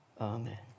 Amen